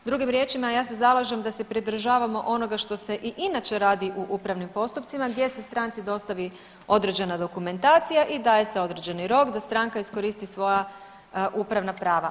Drugim riječima ja se zalažem da se pridržavamo onoga što se i inače radi u upravnim postupcima gdje se stranci dostavi određena dokumentacija i daje se određeni rok da stranka iskoristi svoja upravna prava.